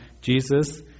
Jesus